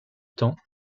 temps